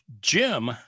jim